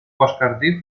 шупашкарти